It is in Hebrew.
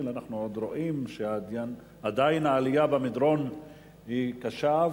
אנחנו רואים שעדיין העלייה במדרון היא קשה,